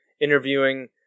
interviewing